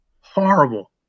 horrible